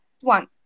One